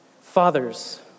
Fathers